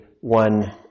one